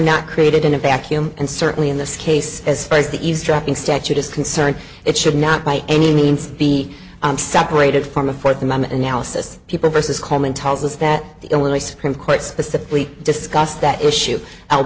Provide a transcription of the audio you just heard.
not created in a vacuum and certainly in this case as far as the eavesdropping statute is concerned it should not by any means be separated from the fourth amendment analysis people versus coleman tells us that the illinois supreme court specifically discussed that issue i'll